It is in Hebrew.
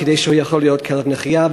כדי שהוא יוכל להיות כלב נחייה.